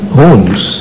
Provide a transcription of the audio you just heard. homes